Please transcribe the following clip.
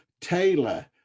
Taylor